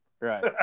right